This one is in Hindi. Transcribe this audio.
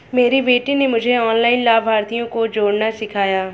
मेरी बेटी ने मुझे ऑनलाइन लाभार्थियों को जोड़ना सिखाया